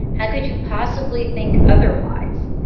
how could you possibly think otherwise?